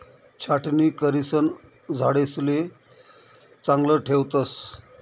छाटणी करिसन झाडेसले चांगलं ठेवतस